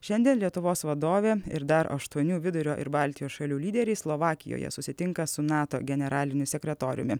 šiandien lietuvos vadovė ir dar aštuonių vidurio ir baltijos šalių lyderiai slovakijoje susitinka su nato generaliniu sekretoriumi